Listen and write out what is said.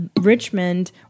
Richmond